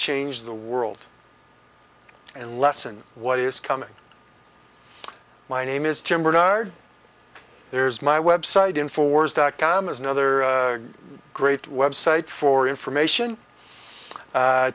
change the world and lessen what is coming my name is tim bernard there's my website in force dot com is another great website for information